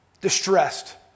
distressed